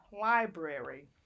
library